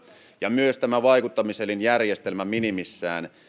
ja myös tämä vaikuttamiselinjärjestelmä minimissään